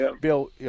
Bill